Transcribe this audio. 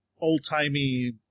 old-timey